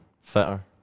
fitter